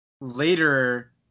later